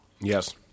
Yes